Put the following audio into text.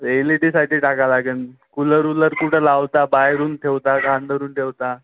एले डीसाठी टाकावं लागेल कूलर उलर कुठं लावता बाहेरून ठेवता का अंदरून ठेवता